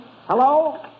Hello